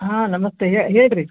ಹಾಂ ನಮಸ್ತೆ ಹೇಳ್ರಿ